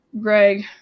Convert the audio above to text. Greg